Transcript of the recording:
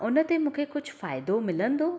हुन ते मूंखे कुझु फ़ाइदो मिलंदो